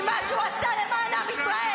עם מה שהוא עשה למען עם ישראל.